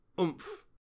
oomph